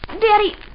Daddy